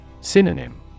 Synonym